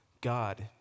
God